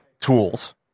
tools